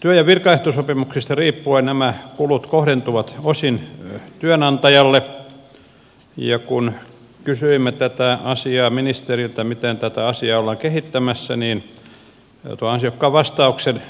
työ ja virkaehtosopimuksesta riippuen nämä kulut kohdentuvat osin työnantajalle ja kun kysyimme ministeriltä miten tätä asiaa ollaan kehittämässä niin tuon ansiokkaan vastauksen